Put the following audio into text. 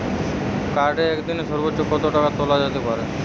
কার্ডে একদিনে সর্বোচ্চ কত টাকা তোলা যেতে পারে?